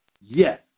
Yes